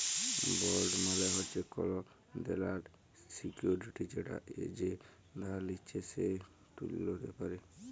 bond মালে হচ্যে কল দেলার সিকুইরিটি যেটা যে ধার লিচ্ছে সে ত্যুলতে পারে